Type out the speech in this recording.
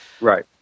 Right